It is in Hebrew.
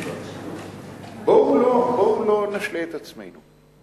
בואו לא נשלה את עצמנו.